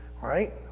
right